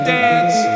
dance